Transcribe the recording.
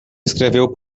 escreveu